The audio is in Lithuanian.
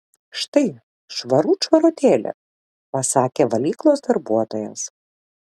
štai švarut švarutėlė pasakė valyklos darbuotojas